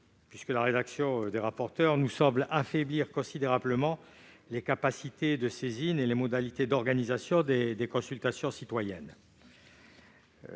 proposée par les rapporteurs affaiblit considérablement les capacités de saisine et les modalités d'organisation des consultations citoyennes.